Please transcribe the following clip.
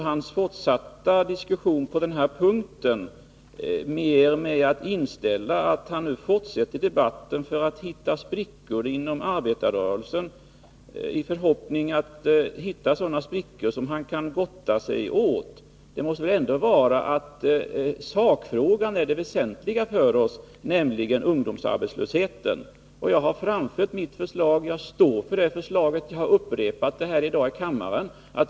Hans fortsatta argumentering på den här punkten ger mig alltmer intrycket att han nu fortsätter debatten i förhoppningen att hitta sprickor inom arbetarrörelsen som han kan gotta sig åt. Det måste väl ändå vara så att sakfrågan, nämligen ungdomsarbetslösheten, är det väsentliga för oss. Jag har framfört mitt förslag. Jag står för det förslaget. Jag har upprepat det här i kammaren i dag.